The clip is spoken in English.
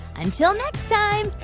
until next time,